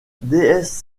déesse